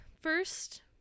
First